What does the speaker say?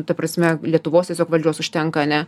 ta prasme lietuvos tiesiog valdžios užtenka ane